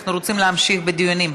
אנחנו רוצים להמשיך בדיונים.